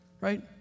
Right